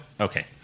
Okay